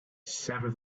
sever